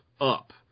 up